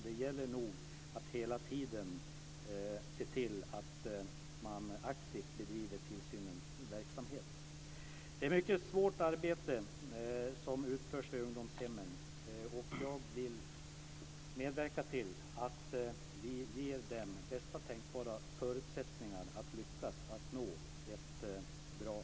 Det gäller nog att hela tiden se till att man aktivt bedriver tillsynens verksamhet. Det är ett mycket svårt arbete som utförs vid ungdomshemmen. Jag vill medverka till att vi ger dem bästa tänkbara förutsättningar för att lyckas med att nå ett bra resultat.